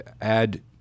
add